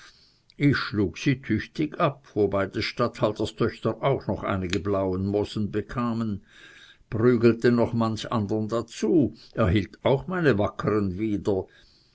ich schlug sie tüchtig ab wobei des statthalters töchter auch noch einige blaue mosen bekamen prügelte noch manch andern dazu erhielt auch meine wackern wieder